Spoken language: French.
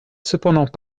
cependant